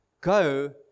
go